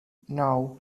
nou